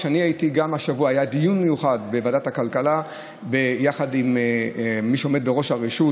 השבוע היה דיון מיוחד בוועדת הכלכלה יחד עם מי שעומד בראש הרשות,